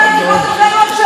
הרבה מאוד שנים.